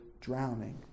drowning